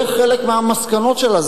זה חלק מהמסקנות שלה.